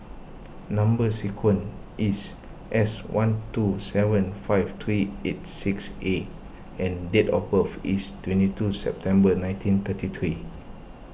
Number Sequence is S one two seven five three eights six A and date of birth is twenty two September nineteen thirty three